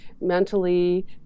mentally